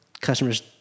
customers